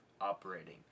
operating